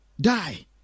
die